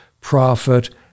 prophet